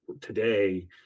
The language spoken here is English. today